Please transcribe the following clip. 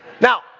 now